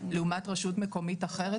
לעומת רשות מקומית אחרת,